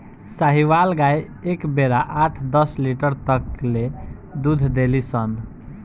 साहीवाल गाय एक बेरा आठ दस लीटर तक ले दूध देली सन